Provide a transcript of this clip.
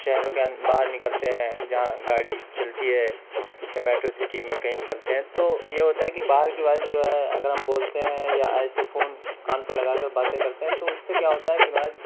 شہروں کے ان باہر نکلتے ہیں جہاں گاڑی چلتی ہے یا میٹرو سٹی میں کہیں نکلتے ہیں تو یہ ہوتا ہے کہ باہر کی آواز جو ہے اگر ہم بولتے ہیں یا ایسے فون کان پہ لگا کر باتیں کرتے ہیں تو اس سے کیا ہوتا ہے کہ